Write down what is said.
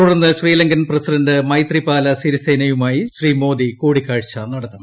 തുടർന്ന് ശ്രീലങ്കൻ പ്രസിഡന്റ് മൈത്രിപാല സിരിസേനയുമായി ശ്രീ മോദി കൂടിക്കാഴ്ച നടത്തും